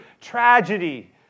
tragedy